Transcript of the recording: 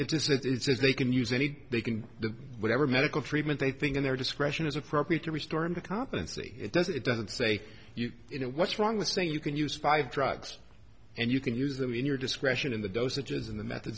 it doesn't it's they can use any they can to whatever medical treatment they think in their discretion is appropriate to restore him to compensate it doesn't it doesn't say you know what's wrong with saying you can use five drugs and you can use them in your discretion in the dosages in the method